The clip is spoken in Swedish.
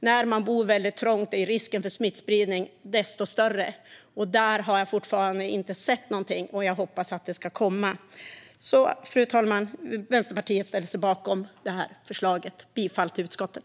När man bor väldigt trångt är risken för smittspridning större. Där har jag fortfarande inte sett något, och jag hoppas att det ska komma. Fru talman! Vänsterpartiet ställer sig bakom utskottets förslag, och jag yrkar bifall till det.